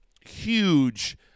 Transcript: huge